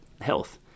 health